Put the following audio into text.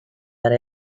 are